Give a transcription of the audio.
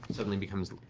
suddenly becomes